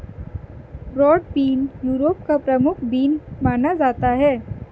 broad bean Europe का प्रमुख bean माना जाता है